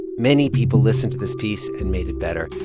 many people listened to this piece and made it better.